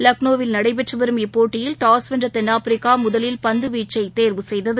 லக்ளோவில் நடைபெற்றுவரும் இப்போட்டியில் டாஸ் வென்றதென்னாப்பிரிக்காமுதலில் பந்துவீச்சைதேர்வு செய்தது